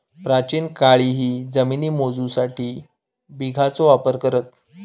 प्राचीन काळीही जमिनी मोजूसाठी बिघाचो वापर करत